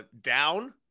Down